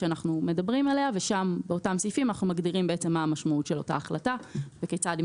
זה יהיה למעשה האיזון